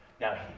Now